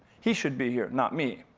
he should be here, not me.